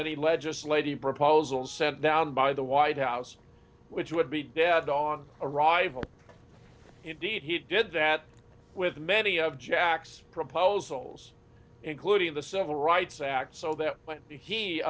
any legislative proposals sent down by the white house which would be dead on arrival indeed he did that with many of jack's proposals including the civil rights act so that whe